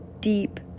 deep